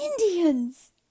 Indians